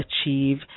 Achieve